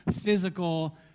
physical